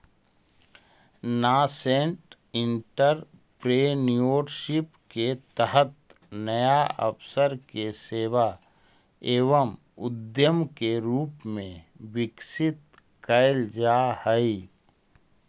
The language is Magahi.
नासेंट एंटरप्रेन्योरशिप के तहत नया अवसर के सेवा एवं उद्यम के रूप में विकसित कैल जा हई